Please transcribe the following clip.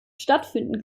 stattfinden